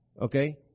Okay